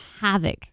havoc